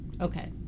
okay